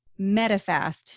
MetaFast